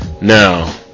Now